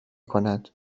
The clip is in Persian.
کند